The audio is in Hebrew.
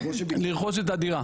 לרכוש את הדירה.